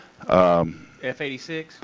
F-86